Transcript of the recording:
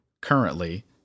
currently